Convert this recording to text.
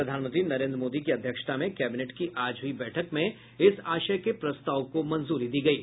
प्रधानमंत्री नरेन्द्र मोदी की अध्यक्षता में कैबिनेट की आज हुई बैठक में इस आशय के प्रस्ताव को मंजूरी दी गयी